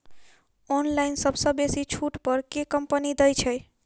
Online सबसँ बेसी छुट पर केँ कंपनी दइ छै?